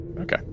Okay